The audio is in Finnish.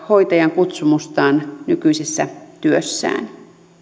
hoitajan kutsumustaan nykyisessä työssään